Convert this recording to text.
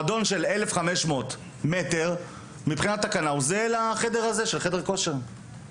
מועדון של 1,500 מטר זהה לחדר כושר כמו החדר הזה.